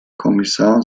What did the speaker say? kommissar